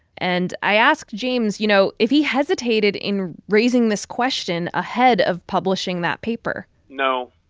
and i asked james, you know, if he hesitated in raising this question ahead of publishing that paper no.